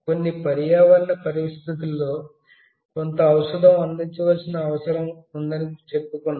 కొన్ని పర్యావరణ పరిస్థితులలో కొంత ఔషధం అందించాల్సిన అవసరం ఉందని చెప్పుకొన్నాం